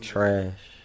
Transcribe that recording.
Trash